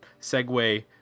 segue